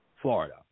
Florida